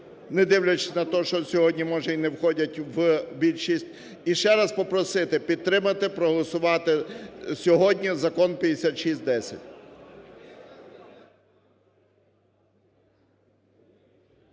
недивлячись на те, що сьогодні може і не входять в більшість. І ще раз попросити підтримати, проголосувати сьогодні Закон 5610.